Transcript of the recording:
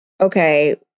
okay